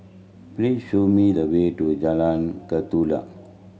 please show me the way to Jalan Ketula